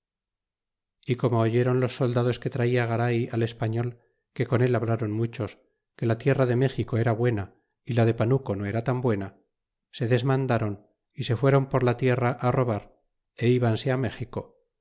é como oyóron los soldados que traia garay al español que con él hablaron muchos que la tierra de méxico era buena é la de panuco no era tan buena se desmandaron y se fuéron por la tierra á robar ibanse á mexico